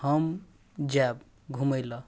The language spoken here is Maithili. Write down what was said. हम जाएब घुमैलए